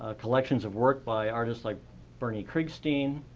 ah collections of work by artists like bernie krigstein,